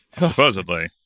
supposedly